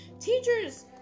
Teachers